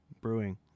brewing